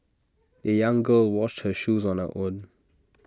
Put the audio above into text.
the young girl washed her shoes on her own